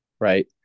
right